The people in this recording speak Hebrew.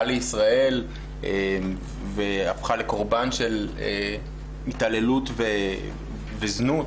לישראל והפכה לקורבן של התעללות וזנות.